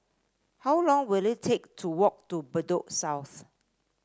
how long will it take to walk to Bedok South